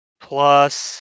plus